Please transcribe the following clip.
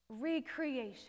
recreation